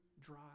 dry